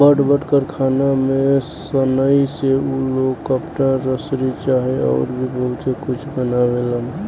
बड़ बड़ कारखाना में सनइ से उ लोग कपड़ा, रसरी चाहे अउर भी बहुते कुछ बनावेलन